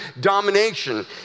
domination